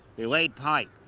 they laid pipe,